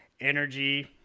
energy